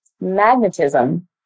Magnetism